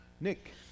nick